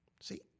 See